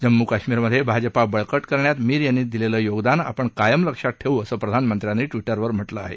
जम्मू कश्मिरमधे भाजपा बळकट करण्यात मीर यांनी दिलेलं योगदान आपण कायम लक्षात ठेवू असं प्रधानमंत्र्यांनी ट्विटरवर म्हटलं आहे